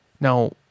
Now